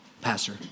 pastor